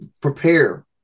prepare